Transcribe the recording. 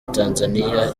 tanzania